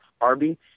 Arby